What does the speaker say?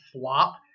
flop